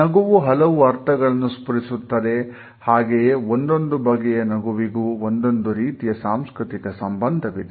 ನಗುವು ಹಲವು ಅರ್ಥಗಳನ್ನು ಸ್ಪುರಿಸುತ್ತದೆ ಹಾಗೆಯೇ ಒಂದೊಂದು ಬಗೆಯ ನಗುವಿಗೂ ಒಂದೊಂದು ರೀತಿಯ ಸಾಂಸ್ಕೃತಿಕ ಸಂಬಂಧವಿದೆ